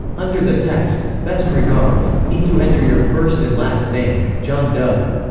under the text best regards, need to enter your first and last name john doe